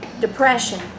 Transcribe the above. depression